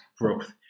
growth